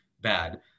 bad